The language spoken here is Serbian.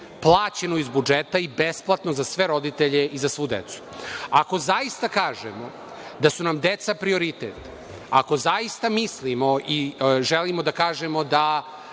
plaćeno iz budžeta i besplatno za sve roditelje i za svu decu. Ako zaista kažemo da su nam deca prioritet, ako zaista mislimo i želimo da kažemo da